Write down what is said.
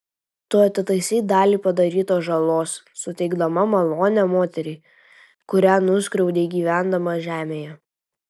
tu atitaisei dalį padarytos žalos suteikdama malonę moteriai kurią nuskriaudei gyvendama žemėje